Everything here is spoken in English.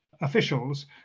officials